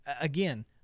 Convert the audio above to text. Again